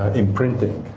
imprinting,